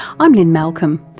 i'm lynne malcolm.